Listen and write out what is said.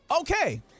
okay